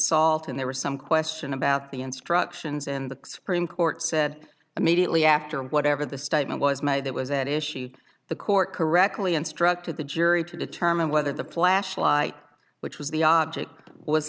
ult and there was some question about the instructions and the supreme court said immediately after whatever the statement was made that was at issue the court correctly instructed the jury to determine whether the flashlight which was the object was